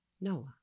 Noah